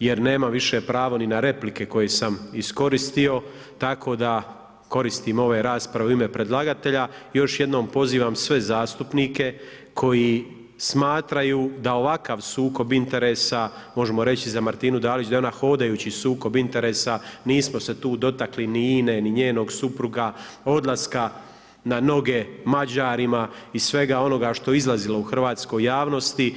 jer nemam više pravo ni na replike koje sam iskoristio, tako da koristim ove rasprave u ime predlagatelja i još jednom pozivam sve zastupnike koji smatraju da ovakav sukob interesa, možemo reći za Martinu Dalić da je ona hodajući sukob interesa, nismo se tu dotakli ni INA-e, ni njenog supruga, odlaska na noge Mađarima i svega onoga što je izlazilo u hrvatskoj javnosti.